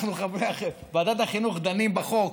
בוועדת החינוך דנים בחוק,